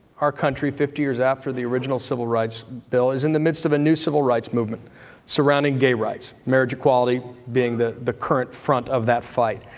our country, fifty years after the original civil rights bill is in the midst of a new civil rights movement surrounding gay rights, marriage equality being the the current front of that fight.